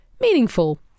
Meaningful